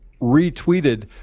retweeted